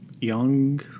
Young